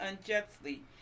unjustly